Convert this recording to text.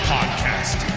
Podcast